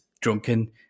drunken